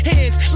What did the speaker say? Hands